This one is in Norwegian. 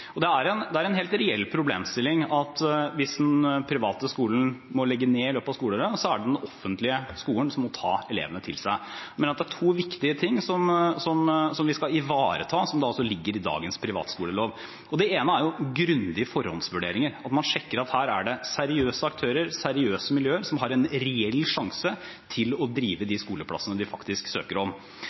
Det er en helt reell problemstilling at hvis den private skolen må legge ned i løpet av skoleåret, er det den offentlige skolen som må ta elevene til seg. Men det er to viktige ting som vi skal ivareta som ligger i dagens privatskolelov. Det ene er grundige forhåndsvurderinger, at man sjekker at her er det seriøse aktører, seriøse miljøer, som har en reell sjanse til å drive de skoleplassene de faktisk søker om.